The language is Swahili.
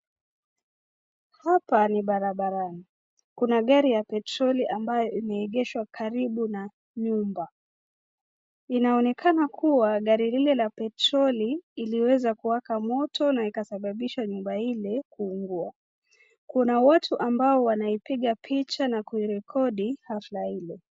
Hapa ni barabarani, kuna gari ya petroli ambayo imeegeshwa karibu na nyumba. Inaonekana kuwa gari ile la petroli iliweza kuwaka moto na ikasababisha nyumba ile kuungua, kuna watu ambao wanaipiga picha na kurekodi hafla hilo.